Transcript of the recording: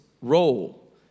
role